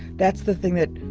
that's the thing that